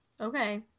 Okay